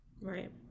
Right